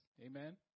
Amen